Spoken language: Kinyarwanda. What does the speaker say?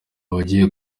abagiye